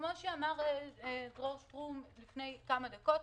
כפי שאמר דרור שטרום לפני כמה דקות,